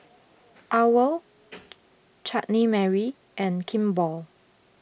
Owl Chutney Mary and Kimball